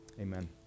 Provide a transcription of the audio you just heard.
amen